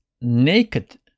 naked